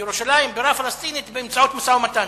ירושלים בירה פלסטינית באמצעות משא-ומתן.